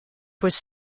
was